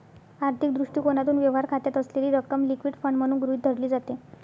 आर्थिक दृष्टिकोनातून, व्यवहार खात्यात असलेली रक्कम लिक्विड फंड म्हणून गृहीत धरली जाते